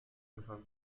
میخام